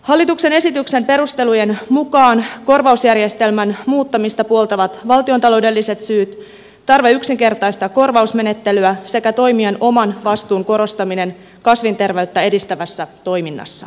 hallituksen esityksen perustelujen mukaan korvausjärjestelmän muuttamista puoltavat valtiontaloudelliset syyt tarve yksinkertaistaa korvausmenettelyä sekä toimijan oman vastuun korostaminen kasvinterveyttä edistävässä toiminnassa